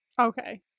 Okay